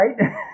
right